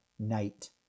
night